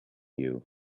you